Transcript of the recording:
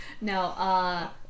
No